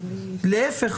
להפך,